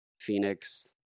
Phoenix